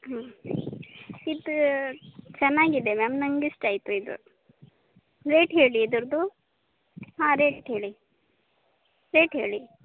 ಹ್ಞೂ ಇದು ಚೆನ್ನಾಗಿದೆ ಮ್ಯಾಮ್ ನಂಗೆ ಇಷ್ಟ ಆಯಿತು ಇದು ರೇಟ್ ಹೇಳಿ ಇದರದ್ದು ಹಾಂ ರೇಟ್ ಹೇಳಿ ರೇಟ್ ಹೇಳಿ